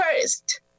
first